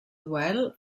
duel